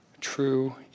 True